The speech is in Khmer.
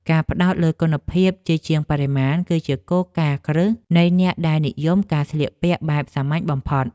ការផ្តោតលើគុណភាពជាជាងបរិមាណ គឺជាគោលការណ៍គ្រឹះនៃអ្នកដែលនិយមការស្លៀកពាក់បែបសាមញ្ញបំផុត។